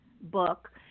book